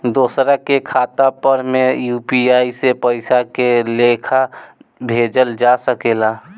दोसरा के खाता पर में यू.पी.आई से पइसा के लेखाँ भेजल जा सके ला?